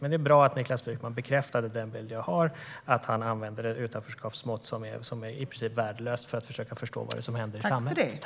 Men det är bra att Niklas Wykman bekräftar den bild jag har, det vill säga att han använder det utanförskapsmått som i och för sig är värdelöst för att försöka förstå vad det är som händer i samhället.